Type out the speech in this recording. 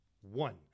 One